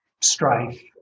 strife